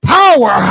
power